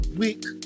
weak